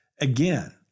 Again